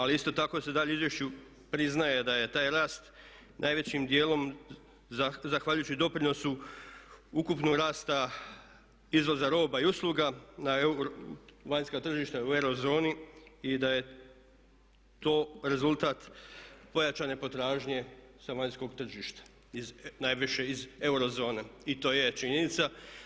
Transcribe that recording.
Ali isto tako se dalje u izvješću priznaje da je taj rast najvećim dijelom zahvaljujući doprinosu ukupnog rasta izvoza roba i usluga na vanjska tržišta u euro zoni i da je to rezultat pojačane potražnje sa vanjskog tržišta, najviše iz euro zone i to je činjenica.